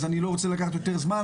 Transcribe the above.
אז אני לא רוצה לקחת יותר זמן,